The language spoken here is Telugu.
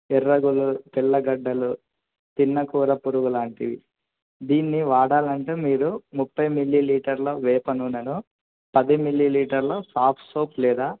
ఎర్రగులు తెల్లగడ్డలు తిన్నకూర పురుగు లాంటివి దీన్ని వాడాలంటే మీరు ముప్పై మిల్లిలీటర్ల వేప నూనెను పది మిల్లి లీటర్ల సాఫ్ట్ సోప్ లేదా